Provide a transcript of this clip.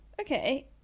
Okay